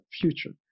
future